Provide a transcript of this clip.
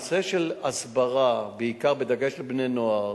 הנושא של הסברה, בדגש בבני-נוער,